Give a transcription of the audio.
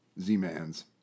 Z-mans